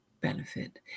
benefit